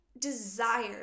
desire